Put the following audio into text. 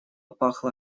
пахло